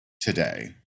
today